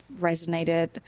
resonated